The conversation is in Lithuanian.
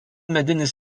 medinis